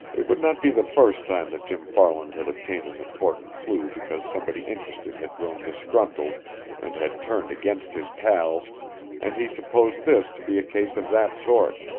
it would not be the first time that jim farland had obtained an important clew because somebody interested had grown disgruntled and had turned against his pals and he supposed this to be a case of that sort.